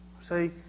See